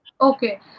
Okay